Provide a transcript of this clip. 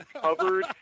covered